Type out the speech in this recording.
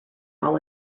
all